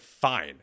fine